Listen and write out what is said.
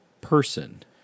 person